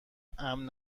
امن